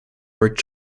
word